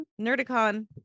Nerdicon